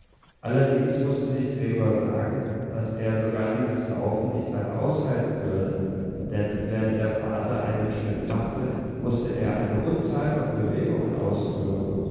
allerdings mußte sich gregor sagen daß er sogar dieses laufen nicht lange aushalten würde denn während der vater einen schritt machte mußte er eine unzahl von bewegungen ausführen